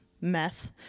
meth